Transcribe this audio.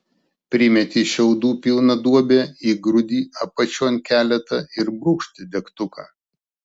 primeti šiaudų pilną duobę įgrūdi apačion keletą ir brūkšt degtuką